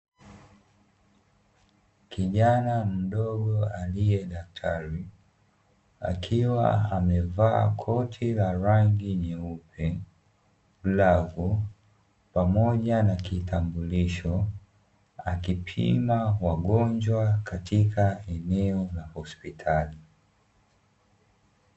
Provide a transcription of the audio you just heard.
Kijana mdogo aliye daktari, akiwa amevaa koti la rangi nyeupe, glavu, pamoja na kitambulisho, akipima wagonjwa katika eneo la hospitali.